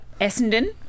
Essendon